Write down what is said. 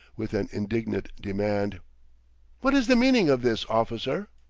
with an indignant demand what is the meaning of this, officer?